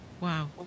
Wow